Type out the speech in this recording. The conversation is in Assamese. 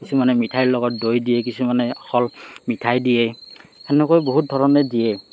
কিছুমানে মিঠাইৰ লগত দৈ দিয়ে কিছুমানে অকল মিঠাই দিয়ে সেনেকৈ বহুত ধৰণে দিয়ে